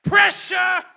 Pressure